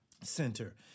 center